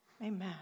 Amen